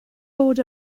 bod